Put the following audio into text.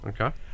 Okay